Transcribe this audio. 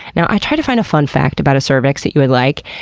now, i tried to find a fun fact about a cervix that you would like,